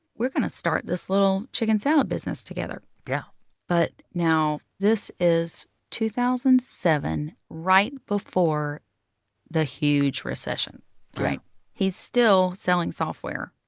we're going to start this little chicken salad business together yeah but now this is two thousand and seven, right before the huge recession right he's still selling software.